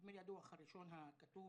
נדמה לי הדוח הראשון הכתוב,